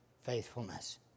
faithfulness